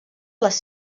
les